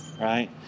right